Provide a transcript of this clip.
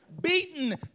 beaten